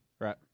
Right